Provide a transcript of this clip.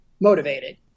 motivated